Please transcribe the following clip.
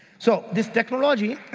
so, this technology,